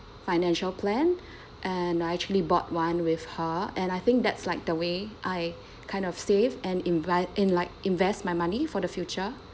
financial plan and I actually bought one with her and I think that's like the way I kind of saved and inve~ in like invest my money for the future